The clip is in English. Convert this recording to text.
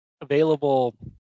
available